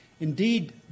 Indeed